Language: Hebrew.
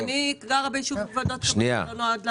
אני גרה ביישוב שלא נועד להדיר.